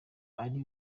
ari